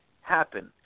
happen